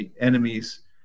enemies